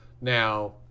now